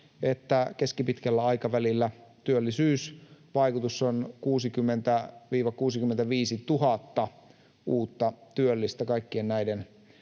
keskipitkällä aikavälillä työllisyysvaikutus on 60 000—65 000 uutta työllistä kaikkien näiden